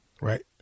Right